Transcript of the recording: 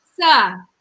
Sir